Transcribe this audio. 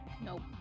Nope